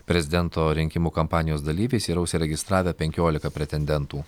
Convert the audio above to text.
prezidento rinkimų kampanijos dalyviais yra užsiregistravę penkiolika pretendentų